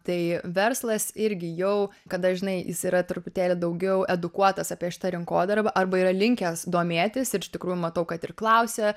tai verslas irgi jau kada žinai jis yra truputėlį daugiau edukuotas apie šitą rinkodarą arba yra linkęs domėtis ir iš tikrųjų matau kad ir klausia